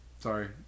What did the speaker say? Sorry